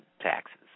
taxes